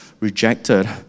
rejected